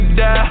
die